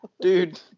dude